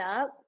up